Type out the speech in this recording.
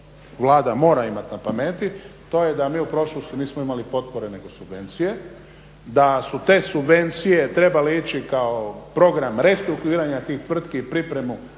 Vlada mora imat na pameti, to je da mi u prošlosti nismo imali potpore nego subvencije, da su te subvencije trebale ići kao program restrukturiranja tih tvrtki i pripremu